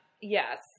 Yes